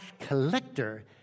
collector